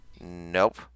Nope